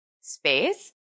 space